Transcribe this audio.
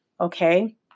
okay